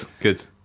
good